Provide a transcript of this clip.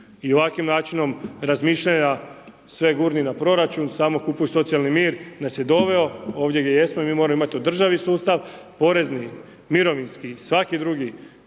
I ovakvim načinom razmišljanja sve gurni na proračun, samo kupuj socijalni mir nas je doveo ovdje gdje jesmo. I moramo imati održivi sustav porezni, mirovinski svaki drugi